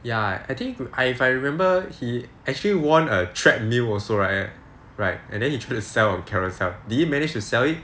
ya I think I if I remember he actually won a treadmill also right right and then he try to sell on Carousell did he manage to sell it